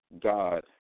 God